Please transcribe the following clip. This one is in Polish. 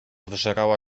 wżerała